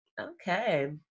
Okay